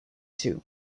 too